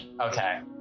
Okay